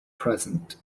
present